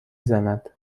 زند